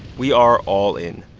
we are all in.